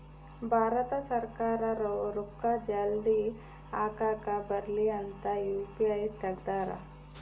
ಭಾರತ ಸರ್ಕಾರ ರೂಕ್ಕ ಜಲ್ದೀ ಹಾಕಕ್ ಬರಲಿ ಅಂತ ಯು.ಪಿ.ಐ ತೆಗ್ದಾರ